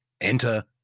Enter